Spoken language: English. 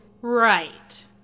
Right